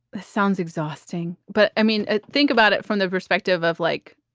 ah sounds exhausting, but i mean, think about it from the perspective of, like,